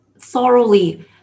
thoroughly